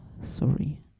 Sorry